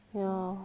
ya